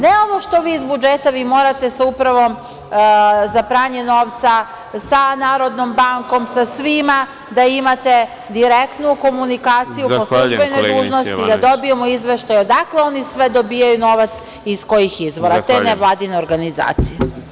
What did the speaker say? Ne ovo što vi iz budžeta, vi morate sa Upravom za pranje novca, sa Narodnom bankom, sa svima da imate direktnu komunikaciju po službenoj dužnosti, da dobijemo izveštaj odakle oni sve dobijaju novac, iz kojih izvora, te nevladine organizacije.